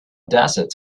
desert